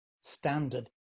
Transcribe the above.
standard